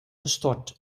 gestort